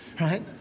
right